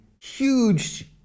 huge